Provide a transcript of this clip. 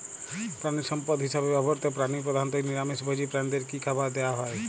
প্রাণিসম্পদ হিসেবে ব্যবহৃত প্রাণী প্রধানত নিরামিষ ভোজী প্রাণীদের কী খাবার দেয়া হয়?